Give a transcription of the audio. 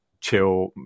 chill